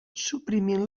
suprimint